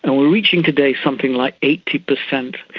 and we are reaching today something like eighty percent,